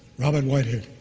robert whitehead.